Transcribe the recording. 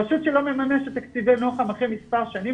רשות שלא מממשת תקציבי נוח"ם אחרי מספר שנים,